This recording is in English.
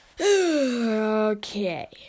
okay